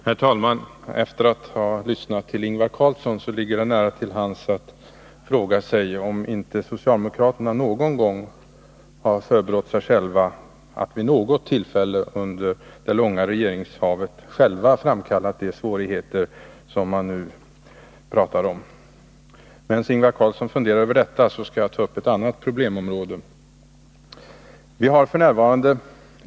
Herr talman! Efter att ha lyssnat till Ingvar Carlsson ligger det nära till hands att fråga sig om inte socialdemokraterna någon gång har förebrått sig själva för att vid något tillfälle under det långa regeringsinnehavet ha framkallat de svårigheter som man nu talar om. Medan Ingvar Carlsson funderar över detta skall jag ta upp ett annat problemområde. Vi har f. n.